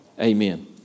Amen